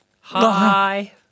Hi